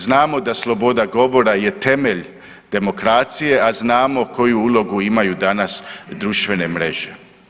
Znamo da sloboda govora je temelj demokracije, a znamo koju ulogu imaju danas društvene mreže.